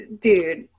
dude